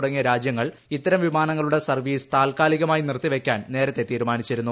തുടങ്ങിയ രാജ്യങ്ങൾ ഇത്തരം വിമാനങ്ങളുടെ സർവ്വീസ് തൽക്കാലികമായി നിർത്തിവയ്ക്കാൻ നേരത്തെ തീരുമാനിച്ചിരുന്നു